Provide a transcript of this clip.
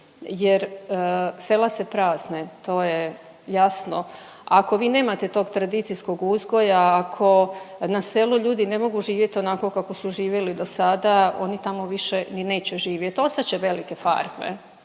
jer sela se prazne, to je jasno. Ako vi nemate tog tradicijskog uzgoja, ako na selu ljudi ne mogu živjet onako kako su živjeli do sada, oni tamo više ni neće živjet. Ostat će velike farme.